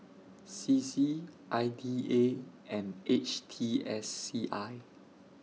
C C I D A and H T S C I